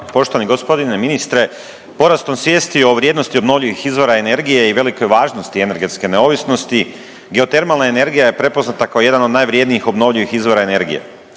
Poštovani gospodine ministre, porastom svijesti o vrijednosti obnovljivih izvora energije i velikoj važnosti energetske neovisnosti geotermalna energija je prepoznata kao jedan od najvrjednijih obnovljivih izvora energije.